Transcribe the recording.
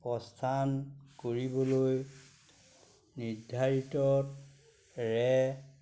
প্ৰস্থান কৰিবলৈ নিৰ্ধাৰিত ৰে